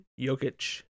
Jokic